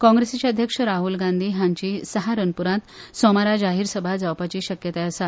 काँग्रेसिचे अध्यक्ष राहल गांधी हांचीय सहारनपुरांत सोमारा जाहिरसभा जावपाची शक्यताय आसा